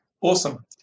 awesome